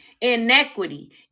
inequity